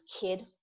kid